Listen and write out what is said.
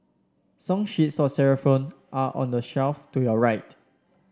song sheets for xylophone are on the shelf to your right